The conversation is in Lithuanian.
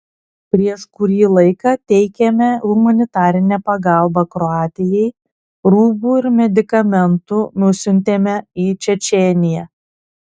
prieš kurį laiką teikėme humanitarinę pagalbą kroatijai rūbų ir medikamentų nusiuntėme į čečėniją